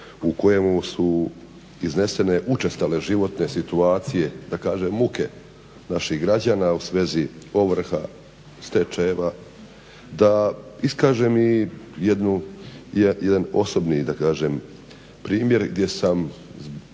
u kojemu su iznesene učestale životne situacije, da kažem muke, naših građana u svezi ovrha, stečajeva da iskažem i jedan osobni primjer gdje sam